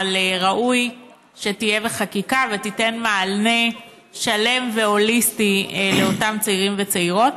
אבל ראוי שתהיה בחקיקה ותיתן מענה שלם והוליסטי לאותם צעירים וצעירות.